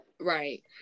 Right